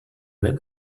même